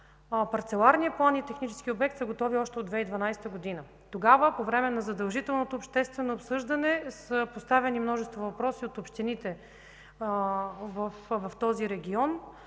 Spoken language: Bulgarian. Парцеларният план и техническият обект са готови още от 2012 г. Тогава по време на задължителното обществено обсъждане са поставени множество въпроси от общините в този регион